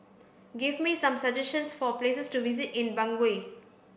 give me some suggestions for places to visit in Bangui